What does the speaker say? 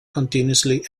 continuously